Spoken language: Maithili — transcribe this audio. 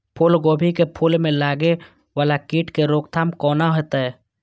फुल गोभी के फुल में लागे वाला कीट के रोकथाम कौना हैत?